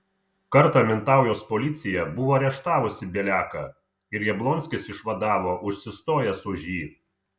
kartą mintaujos policija buvo areštavusi bieliaką ir jablonskis išvadavo užsistojęs už jį